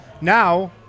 now